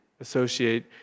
Associate